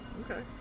Okay